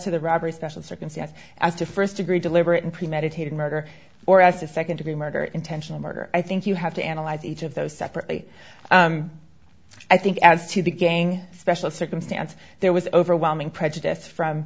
to the robbery special circumstance as to first degree deliberate and premeditated murder or as a second degree murder intentional murder i think you have to analyze each of those separately i think as to the gang special circumstance there was overwhelming prejudice from